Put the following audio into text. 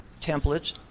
templates